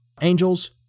angels